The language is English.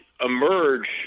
emerge